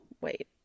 wait